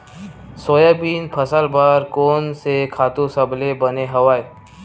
Soybean फसल बर कोन से खातु सबले बने हवय?